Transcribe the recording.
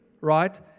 right